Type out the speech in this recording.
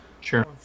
Sure